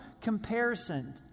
comparison